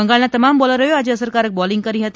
બંગાળના તમામ બોલરોએ આજે અસરકારક બોલિંગ કરી હતી